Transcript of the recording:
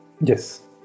Yes